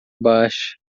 baixa